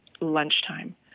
lunchtime